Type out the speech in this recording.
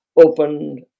opened